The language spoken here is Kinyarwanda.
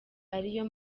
ariyo